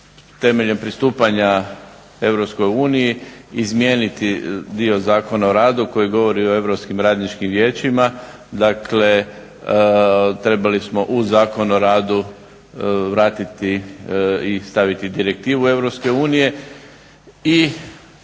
temeljem pristupanja EU izmijeniti dio Zakona o radu koji govori o europskim radničkim vijećima, dakle trebali smo u Zakon o radu vratiti i staviti Direktivu EU.